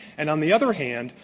and on the other hand,